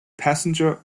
passenger